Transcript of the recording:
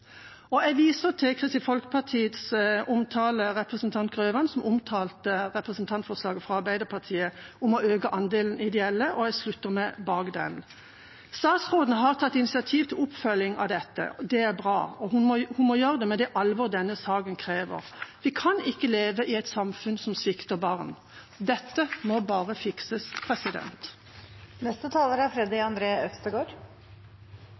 Jeg viser til Kristelig Folkeparti og representanten Grøvan, som omtalte representantforslaget fra Arbeiderpartiet om å øke andelen ideelle aktører, og jeg slutter meg til det. Statsråden har tatt initiativ til oppfølging av dette – det er bra – og hun må gjøre det med det alvor denne saken krever. Vi kan ikke leve i et samfunn som svikter barn. Dette må bare fikses. Barneverntjenesten er